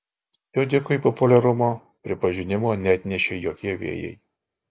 siudikui populiarumo pripažinimo neatnešė jokie vėjai